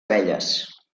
abelles